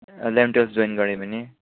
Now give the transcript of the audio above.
eleven twelve join गरेँ भने